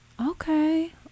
Okay